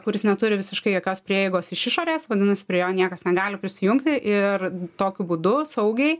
kuris neturi visiškai jokios prieigos iš išorės vadinasi prie jo niekas negali prisijungti ir tokiu būdu saugiai